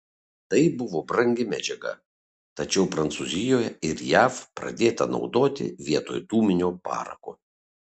tai buvo brangi medžiaga tačiau prancūzijoje ir jav pradėta naudoti vietoj dūminio parako